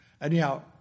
Anyhow